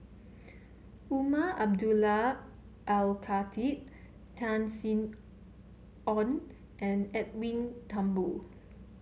Umar Abdullah Al Khatib Tan Sin Aun and Edwin Thumboo